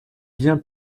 bien